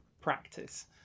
practice